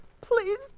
please